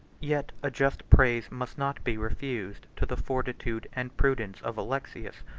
yet a just praise must not be refused to the fortitude and prudence of alexius,